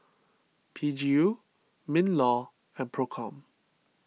P G U MinLaw and Procom